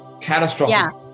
catastrophic